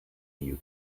you